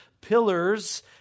pillars